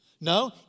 No